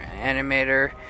animator